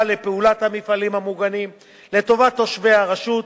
לפעולת המפעלים המוגנים לטובת תושבי הרשות,